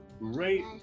great